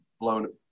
blown